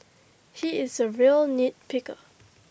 he is A real nitpicker